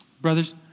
brothers